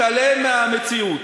מתעלם מהמציאות.